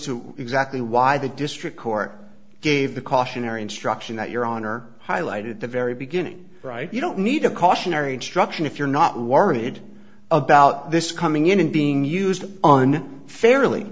to exactly why the district court gave the cautionary instruction that your honor highlighted the very beginning right you don't need a cautionary instruction if you're not worried about this coming in and being used on